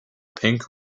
pink